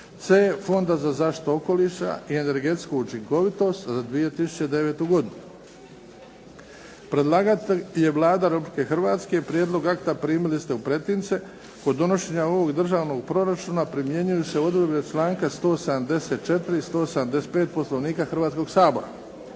a) Fonda za zaštitu okoliša i energetsku učinkovitost za 2009. godinu Predlagatelj je Vlada Republike Hrvatske. Prijedlog akta primili ste u pretince. Kod donošenja ovog državnog proračuna primjenjuju se odredbe članka 174. i 175. Poslovnika Hrvatskog sabora.